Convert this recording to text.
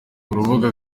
urubuga